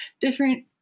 different